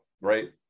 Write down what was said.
right